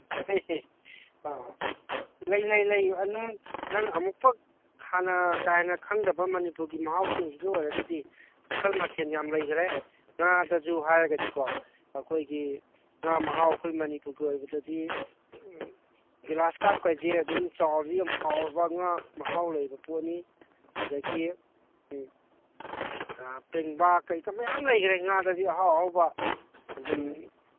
ꯑ ꯂꯩ ꯂꯩ ꯂꯩ ꯑꯗꯨꯝ ꯅꯪ ꯑꯃꯨꯛꯐꯥꯎ ꯍꯥꯟꯅ ꯀꯥ ꯍꯦꯟꯅ ꯈꯪꯗꯕ ꯃꯅꯤꯄꯨꯔꯒꯤ ꯃꯍꯥꯎꯁꯤꯡꯁꯤꯒꯤ ꯑꯣꯏꯔꯒꯗꯤ ꯃꯈꯜ ꯃꯊꯦꯜ ꯌꯥꯝ ꯂꯩꯈ꯭ꯔꯦ ꯉꯥꯗꯁꯨ ꯍꯥꯏꯔꯒꯗꯤꯀꯣ ꯑꯩꯈꯣꯏꯒꯤ ꯉꯥ ꯃꯍꯥꯎ ꯑꯩꯈꯣꯏ ꯃꯅꯤꯄꯨꯔꯒꯤ ꯑꯣꯏꯕꯗꯗꯤ ꯒ꯭ꯂꯥꯁ ꯀꯥꯞ ꯀꯥꯏꯁꯦ ꯑꯗꯨꯝ ꯆꯥꯎꯔꯗꯤ ꯌꯥꯝ ꯍꯥꯎꯔꯕ ꯉꯥ ꯃꯍꯥꯎ ꯂꯩꯕ ꯄꯣꯠꯅꯤ ꯑꯗꯒꯤ ꯄꯦꯡꯕꯥ ꯀꯩꯀꯥ ꯃꯌꯥꯝ ꯂꯩꯒꯔꯦ ꯉꯥꯗꯗꯤ ꯑꯍꯥꯎ ꯑꯍꯥꯎꯕ ꯑꯗꯨꯝ